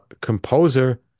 Composer